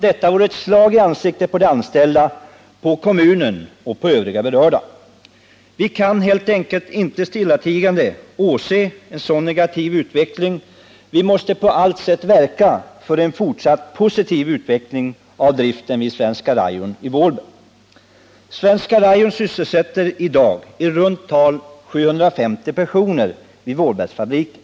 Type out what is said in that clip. Detta vore ett hårt slag för de anställda, för kommunen och övriga berörda. Vi kan helt enkelt inte stillatigande åse en sådan negativ utveckling. Vi måste på allt sätt verka för en fortsatt positiv utveckling av driften vid Svenska Rayon i Vålberg. Svenska Rayon sysselsätter i dag i runt tal 750 personer vid Vålbergfabriken.